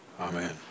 Amen